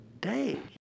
day